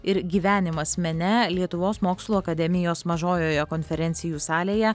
ir gyvenimas mene lietuvos mokslų akademijos mažojoje konferencijų salėje